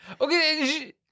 Okay